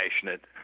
passionate